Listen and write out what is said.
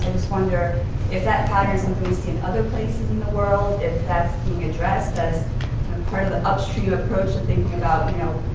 wonder if that pattern is something you see in other places in the world? if that's being addressed as part of the upstream approach in thinking about you know